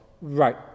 Right